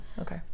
Okay